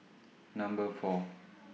Number four